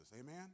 Amen